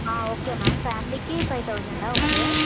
okay ma'am ఫ్యామిలీకి five థౌజండా okay